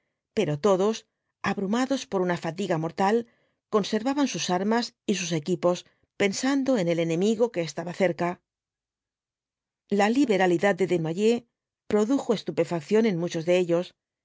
pero todos abrumados por una fatiga mortal conservaban sus armas y sus equipos pensando en el enemigo que estaba cerca la liberalidad de desnoyers produjo estupefacción en muchos de ellos